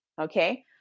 okay